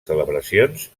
celebracions